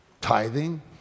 tithing